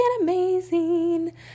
amazing